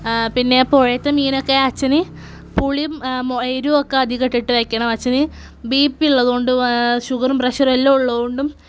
പിന്നെ പുഴയിൽത്തെ മീനൊക്കെ അച്ഛന് പുളിയും എരിവുമൊക്കെ അധികം ഇട്ടിട്ട് വയ്ക്കണം അച്ഛന് ബി പി ഉള്ളതുകൊണ്ട് ഷുഗറും പ്രഷറും എല്ലാം ഉള്ളതുകൊണ്ടും